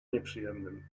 nieprzyjemnym